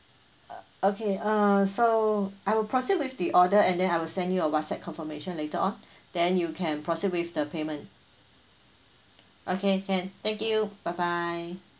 okay uh so I will proceed with the order and then I will send you a whatsapp confirmation later on then you can proceed with the payment okay can thank you bye bye